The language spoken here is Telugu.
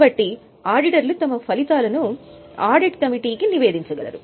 కాబట్టి ఆడిటర్లు తమ ఫలితాలను ఆడిట్ కమిటీకి నివేదించగలరు